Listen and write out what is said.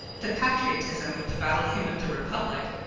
the patriotism of the battle hymn of the republic,